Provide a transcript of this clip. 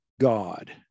God